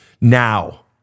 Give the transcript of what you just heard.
Now